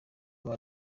aba